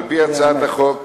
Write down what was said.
על-פי הצעת החוק,